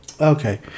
Okay